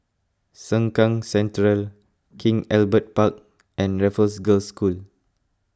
Sengkang Central King Albert Park and Raffles Girls' School